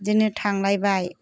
बिदिनो थांलायबाय